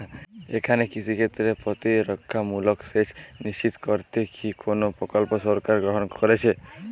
এখানে কৃষিক্ষেত্রে প্রতিরক্ষামূলক সেচ নিশ্চিত করতে কি কোনো প্রকল্প সরকার গ্রহন করেছে?